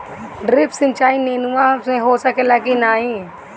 Drip सिंचाई नेनुआ में हो सकेला की नाही?